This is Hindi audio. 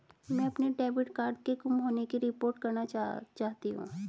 मैं अपने डेबिट कार्ड के गुम होने की रिपोर्ट करना चाहती हूँ